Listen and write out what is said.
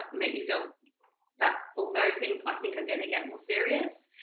make me feel that although things, i think, are going to get more serious,